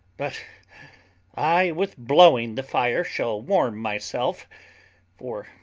but i with blowing the fire shall warm myself for,